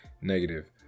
negative